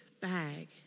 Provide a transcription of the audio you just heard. bag